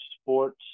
sports